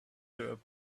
through